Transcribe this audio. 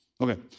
Okay